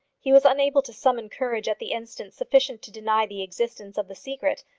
he was unable to summon courage at the instant sufficient to deny the existence of the secret,